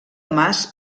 mas